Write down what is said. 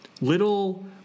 little